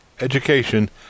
education